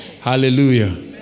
Hallelujah